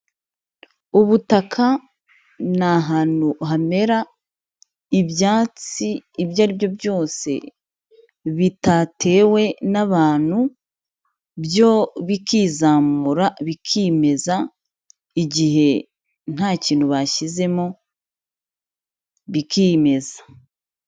Ubutaka ni hantu hamera ibyatsi ibyo ari byo byose bitatewe n'abantu, byo bikizamura bikimeza igihe nta kintu bashyizemo bikimeza.